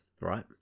right